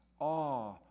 awe